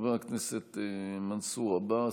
חבר הכנסת מנסור עבאס,